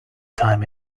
time